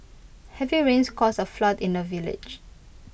heavy rains caused A flood in the village